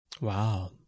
Wow